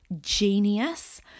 genius